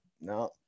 no